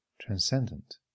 transcendent